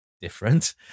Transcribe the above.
different